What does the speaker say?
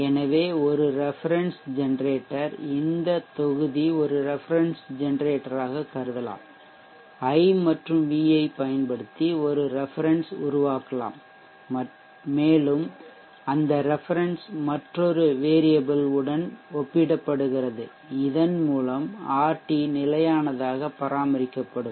எனவே ஒரு reference generator இந்த தொகுதி ஒரு ரெஃபெரென்ஷ் ஜெனரேட்டராகக் கருதலாம் i மற்றும் v ஐப் பயன்படுத்தி ஒரு ரெஃபெரென்ஷ் உருவாக்கலாம் மேலும் அந்த ரெஃபெரென்ஷ் மற்றொரு வேரியபிள் உடன் ஒப்பிடப்படுகிறது இதன் மூலம் ஆர்டி நிலையானதாக பராமரிக்கப்படும்